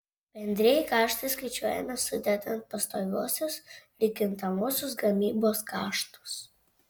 bendrieji kaštai skaičiuojami sudedant pastoviuosius ir kintamuosius gamybos kaštus